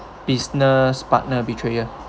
business partner betrayer